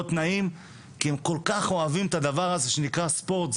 תנאים כי הם כל כך אוהבים את הדבר הזה שנקרא ספורט.